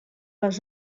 les